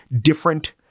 different